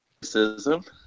Racism